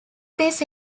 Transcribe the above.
these